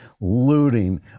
looting